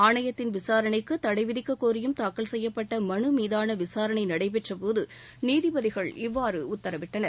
ஆணையத்தின் விசாரணைக்கு தடை விதிக்கக் கோரியும் தாக்கல் செய்யப்பட்ட மனுமீதான விசாரணை நடைபெற்றபோது நீதிபதிகள் இவ்வாறு உத்தரவிட்டனர்